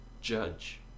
judge